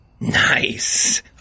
Nice